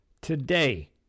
Today